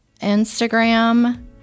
Instagram